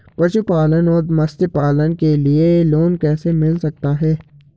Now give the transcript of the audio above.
पशुपालन और मत्स्य पालन के लिए लोन कैसे मिल सकता है?